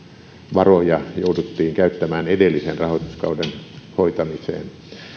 varoja jouduttiin käyttämään edellisen rahoituskauden hoitamiseen